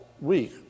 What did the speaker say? week